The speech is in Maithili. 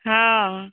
हँ